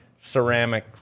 ceramic